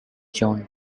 john